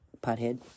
pothead